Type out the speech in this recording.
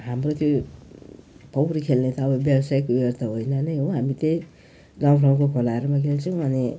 हाम्रो त्यो पौडी खेल्ने त अब व्यावसायिक उयोहरू त होइन नै हो हामी त्यही गाउँठाउँको खोलाहरूमा खेल्छौँ अनि